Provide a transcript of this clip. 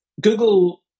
Google